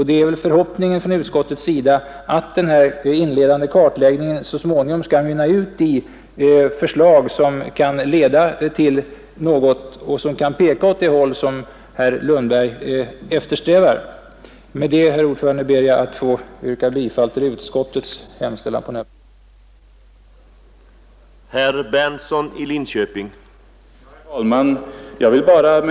Det är utskottets förhoppning att den inledande kartläggningen så småningom skall mynna ut i förslag som kan leda till något och peka åt det håll som herr Lundberg eftersträvar. Med dessa ord ber jag, herr talman, att få yrka bifall till utskottets hemställan på denna punkt.